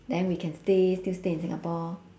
then we can stay still stay in singapore